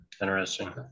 Interesting